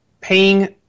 paying